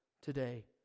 today